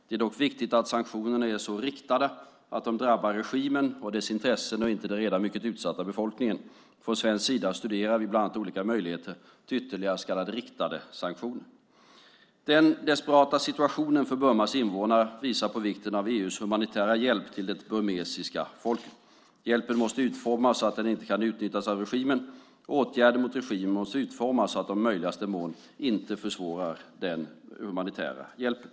Det är dock viktigt att sanktionerna är så riktade att de drabbar regimen och dess intressen och inte den redan mycket utsatta befolkningen. Från svensk sida studerar vi bland annat olika möjligheter till ytterligare så kallade riktade sanktioner. Den desperata situationen för Burmas invånare visar på vikten av EU:s humanitära hjälp till det burmesiska folket. Hjälpen måste utformas så att den inte kan utnyttjas av regimen, och åtgärder mot regimen måste utformas så att de i möjligaste mån inte försvårar den humanitära hjälpen.